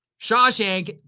Shawshank